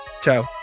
Ciao